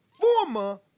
former